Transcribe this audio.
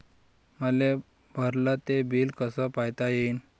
मले भरल ते बिल कस पायता येईन?